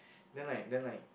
then like then like